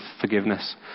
forgiveness